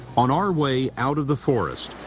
on our way out of the forest,